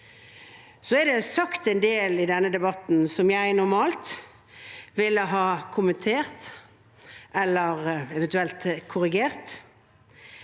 Det er sagt en del i denne debatten som jeg normalt ville ha kommentert eller eventuelt